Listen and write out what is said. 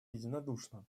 единодушно